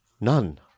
None